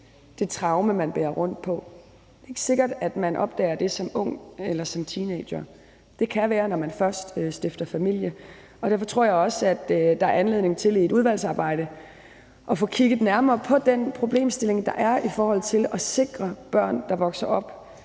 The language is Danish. opdager det traume, man bærer rundt på. Det er ikke sikkert, at man opdager det som ung eller som teenager. Det kan være, at det først sker, når man stifter familie. Derfor tror jeg også, at det i udvalgsarbejdet giver anledning til at få kigget nærmere på den problemstilling, der er i forhold til at få sikret børn, der vokser op